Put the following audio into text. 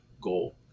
goal